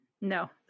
No